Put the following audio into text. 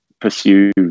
pursue